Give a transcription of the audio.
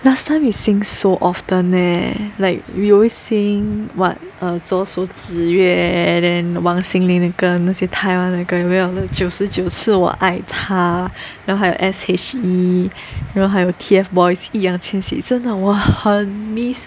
last time you sing so often leh like 流星 what err 左手指月 eh and then 王心凌的歌那个那些太阳的歌像九十九次我爱她 now 还有 S_H_E you know 还有 T_F boys 易烊千玺真的我很 miss